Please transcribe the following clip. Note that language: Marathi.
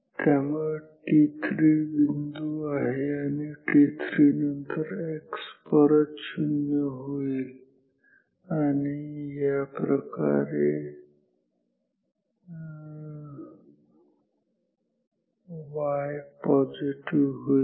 त्यामुळे t3 बिंदू आहे आणि t3 नंतर x परत शून्य होईल आणि य अशाप्रकारे पॉझिटिव्ह होईल